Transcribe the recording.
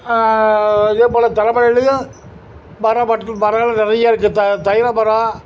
இதே போல தலை மலையிலேயும் மரம் மற்றும் மரங்கள் நிறைய இருக்குது த தைல மரம்